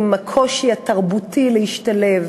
עם הקושי התרבותי להשתלב